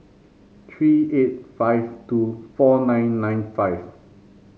three eight five two four nine nine five